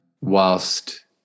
whilst